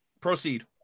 proceed